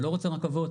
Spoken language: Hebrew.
ולא רוצה רכבות.